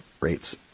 rates